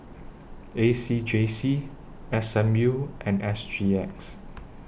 A C J C S M U and S G X